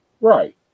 Right